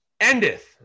endeth